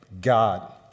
God